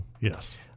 Yes